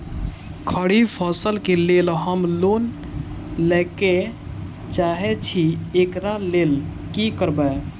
खरीफ फसल केँ लेल हम लोन लैके चाहै छी एकरा लेल की करबै?